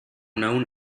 known